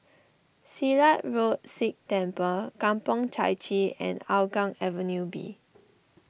Silat Road Sikh Temple Kampong Chai Chee and Hougang Avenue B